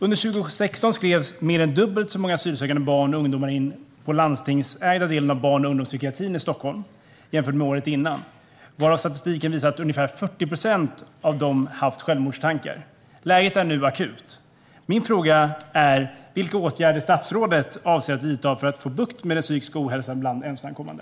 Under 2016 skrevs mer än dubbelt så många asylsökande barn och ungdomar in på den landstingsägda delen av barn och ungdomspsykiatrin i Stockholm jämfört med året innan. Statistiken visar att ungefär 40 procent av dem haft självmordstankar. Läget är nu akut. Min fråga är: Vilka åtgärder avser statsrådet att vidta för att få bukt med den psykiska ohälsan bland ensamkommande?